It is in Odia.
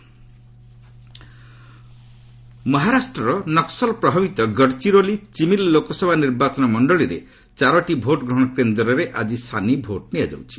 ମହା ପୋଲିଙ୍ଗ୍ ମହାରାଷ୍ଟ୍ରର ନକ୍ୱଲ୍ ପ୍ରଭାବିତ ଗଡ଼ଚିରୋଲି ଚିମିଲ୍ ଲୋକସଭା ନିର୍ବାଚନ ମଣ୍ଡଳୀରେ ଚାରୋଟି ଭୋଟ୍ଗ୍ରହଣ କେନ୍ଦ୍ରରେ ଆଜି ସାନି ଭୋଟ୍ ନିଆଯାଉଛି